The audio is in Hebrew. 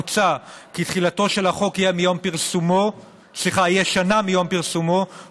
מוצע כי תחילתו של החוק תהיה שנה מיום פרסומו,